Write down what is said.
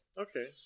Okay